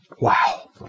Wow